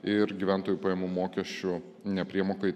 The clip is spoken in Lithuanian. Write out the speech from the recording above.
ir gyventojų pajamų mokesčio nepriemokai